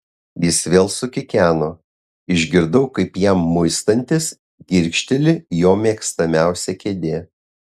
jis vėl sukikeno išgirdau kaip jam muistantis girgžteli jo mėgstamiausia kėdė